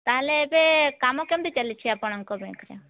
ତା'ହେଲେ ଏବେ କାମ କେମିତି ଚାଲିଛି ଆପଣଙ୍କ ବ୍ୟାଙ୍କ୍ରେ